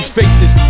faces